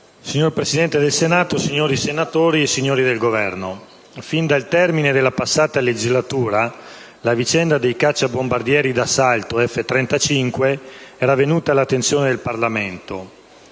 Signor Presidente del Senato, signori senatori, signori del Governo, fin dal termine della passata legislatura la vicenda dei cacciabombardieri d'assalto F-35 era venuta all'attenzione del Parlamento